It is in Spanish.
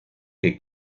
que